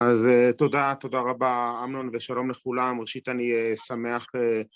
‫אז תודה, תודה רבה אמנון, ‫ושלום לכולם. ראשית אני שמח...